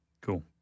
Cool